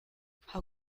how